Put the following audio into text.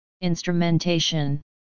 Instrumentation